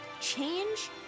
change